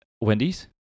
Wendy's